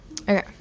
Okay